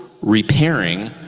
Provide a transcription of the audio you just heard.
repairing